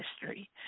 history